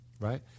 right